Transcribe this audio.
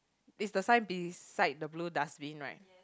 is the sign beside the blue dustbin right